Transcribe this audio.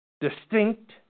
distinct